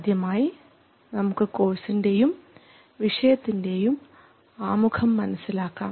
ആദ്യമായി നമുക്ക് കോഴ്സിൻറെയും വിഷയത്തിൻറെയും ആമുഖം മനസ്സിലാക്കാം